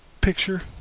picture